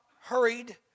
hurried